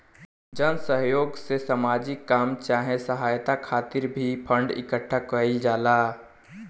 जन सह योग से सामाजिक काम चाहे सहायता खातिर भी फंड इकट्ठा कईल जाला